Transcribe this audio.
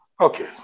Okay